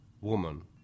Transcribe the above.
woman